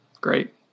Great